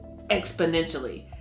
exponentially